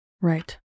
Right